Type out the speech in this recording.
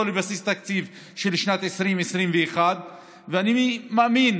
לבסיס התקציב של השנים 2021-2020. אני מאמין